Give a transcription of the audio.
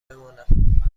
بمانم